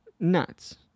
Nuts